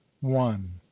one